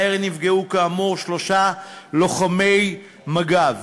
מהירי נפגעו כאמור שלושה לוחמי מג"ב.